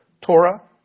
Torah